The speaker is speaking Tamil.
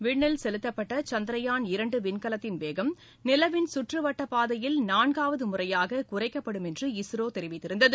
விண்ணில் செலுத்தப்பட்ட சந்திரயான் இரண்டு விண்கலத்தின் சவேகம் நிலவின் சுற்றுவட்டப் பாதையில் நான்காவது முறையாக குறைக்கப்படும் என்று இஸ்ரோ தெரிவித்திருந்தது